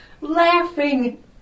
laughing